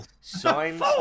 signs